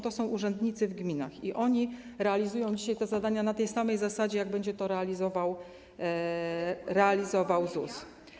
To są urzędnicy w gminach i oni realizują dzisiaj te zadania na tej samej zasadzie, na jakiej będzie to realizował ZUS.